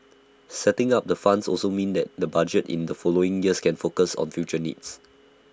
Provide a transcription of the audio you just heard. setting up the funds also means that the budgets in the following years can focus on future needs